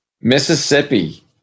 Mississippi